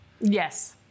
Yes